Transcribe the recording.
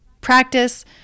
practice